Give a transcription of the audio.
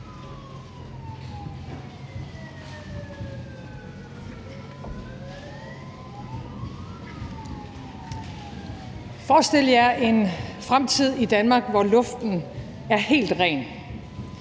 Forestil jer en fremtid i Danmark, hvor luften er helt ren: